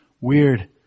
weird